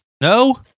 no